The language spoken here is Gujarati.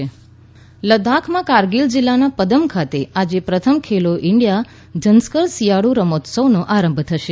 ખેલો ઈન્ડિયા લદ્દાખમાં કારગિલ જિલ્લાના પદમ ખાતે આજે પ્રથમ ખેલો ઈન્ડિયા ઝંસ્કર શિયાળુ રમતોત્સવનો આરંભ થશે